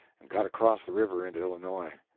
and got across the river into illinois.